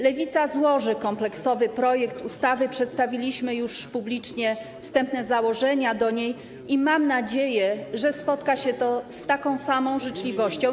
Lewica złoży kompleksowy projekt ustawy, przedstawiliśmy już publicznie jej wstępne założenia i mam nadzieję, że spotka się to z taką samą życzliwością.